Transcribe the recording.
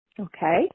Okay